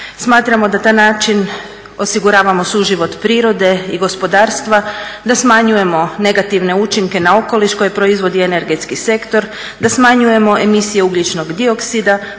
Smatramo da na taj način osiguravamo suživot prirode i gospodarstva, da smanjujemo negativne učinke na okoliš koje proizvodi energetski sektor, da smanjujemo emisije ugljičnog dioksida,